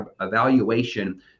evaluation